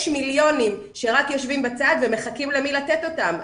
מיליונים שרק יושבים בצד ומחכים למי לתת אותם.